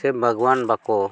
ᱥᱮ ᱵᱟᱜᱽᱣᱟᱱ ᱵᱟᱠᱚ